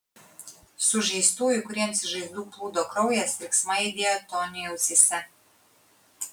sužeistųjų kuriems iš žaizdų plūdo kraujas riksmai aidėjo toniui ausyse